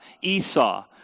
Esau